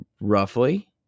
roughly